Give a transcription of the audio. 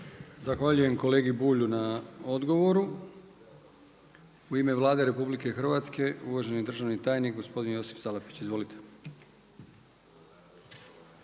Zahvaljujem kolegi Bulju na odgovoru. U ime Vlade RH, važni državni tajnik, gospodin Josip Salapić. Izvolite.